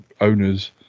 owners